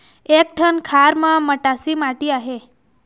एक ठन खार म मटासी माटी आहे?